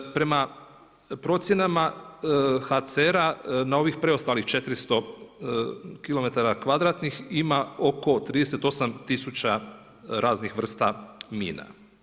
Prema procjenama HCR-a na ovih preostalih 400 kilometara kvadratnih ima oko 38 000 raznih vrsta mina.